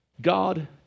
God